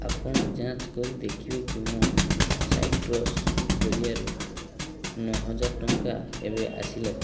ଆପଣ ଯାଞ୍ଚ କରି ଦେଖିବେକି ମୋ ସାଇଟ୍ରସ୍ ଜରିଆରେ ନଅହଜାର ଟଙ୍କା ଏବେ ଆସିଲାକି